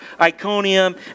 Iconium